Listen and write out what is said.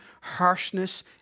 harshness